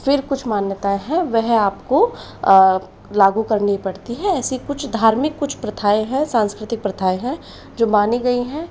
फिर कुछ मान्यताएँ है वह आपको लागू करनी पड़ती है ऐसी कुछ धार्मिक कुछ प्रथाएँ हैं सांस्कृतिक प्रथाएँ हैं जो मानी गई हैं